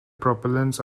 propellants